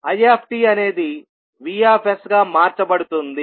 itఅనేది Vsగా మార్చబడుతుంది